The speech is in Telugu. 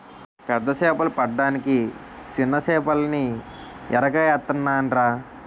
పెద్ద సేపలు పడ్డానికి సిన్న సేపల్ని ఎరగా ఏత్తనాన్రా